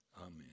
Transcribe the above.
Amen